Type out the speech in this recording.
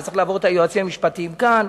זה צריך לעבור את היועצים המשפטיים כאן,